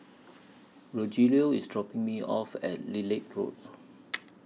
Rogelio IS dropping Me off At Lilac Road